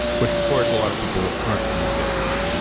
which of course a lot of people aren't these days.